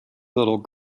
little